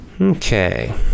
Okay